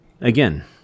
Again